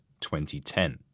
2010